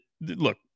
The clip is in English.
look